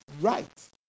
right